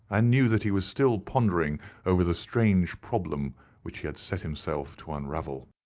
and knew that he was still pondering over the strange problem which he had set himself to unravel.